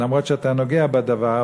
למרות שאתה נוגע בדבר,